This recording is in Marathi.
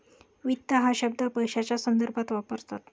वित्त हा शब्द पैशाच्या संदर्भात वापरतात